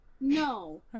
No